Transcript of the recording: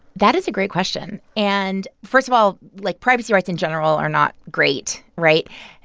that is a great question. and first of all, like, privacy rights in general are not great. right?